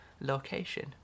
location